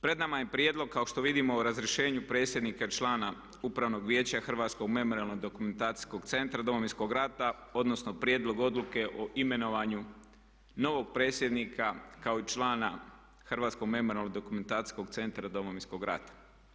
Pred nama je prijedlog kao što vidimo o razrješenju predsjednika člana Upravnog vijeća Hrvatskog memorijalno-dokumentacijskog centra Domovinskog rata odnosno prijedlog Odluke o imenovanju novog predsjednika kao i člana Hrvatskog memorijalno-dokumentacijskog centra Domovinskog rata.